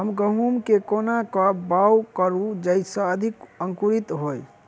हम गहूम केँ कोना कऽ बाउग करू जयस अधिक अंकुरित होइ?